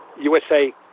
USA